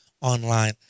online